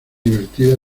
divertida